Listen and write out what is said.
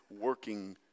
working